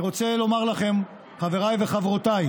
אני רוצה לומר לכם, חבריי וחברותיי,